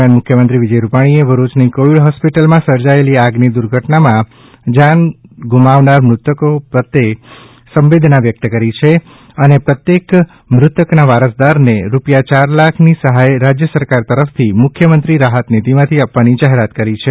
દરમિયાન મુખ્યમંત્રી શ્રી વિજય રૂપાણીએ ભરૂચની કોવિડ હોસ્પિટલમાં સર્જાયેલી આગની ઘટનામાં જાન ગુમાવનારા મૃતકો પ્રત્યે સંવેદના વ્યક્ત કરી છે અને પ્રત્યેક મૃતકના વારસદારને રૂપિયા યાર લાખની સહાય રાજ્ય સરકાર તરફથી મુખ્યમંત્રી રાહતનિધીમાંથી આપવાની જાહેરાત કરી છે